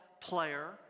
player